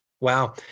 Wow